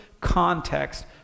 context